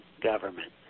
government